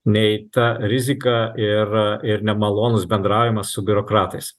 nei ta rizika ir ir nemalonus bendravimas su biurokratais